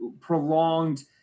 prolonged